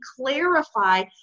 clarify